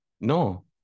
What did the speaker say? No